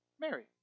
Mary